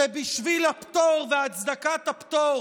שבשביל הפטור והצדקת הפטור